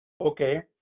Okay